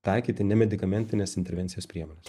taikyti nemedikamentines intervencijos priemones